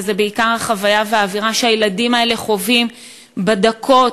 וזה בעיקר החוויה והאווירה שהילדים האלה חווים בדקות,